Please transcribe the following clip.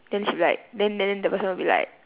then she like then then then the person will be like